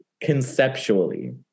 conceptually